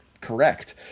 correct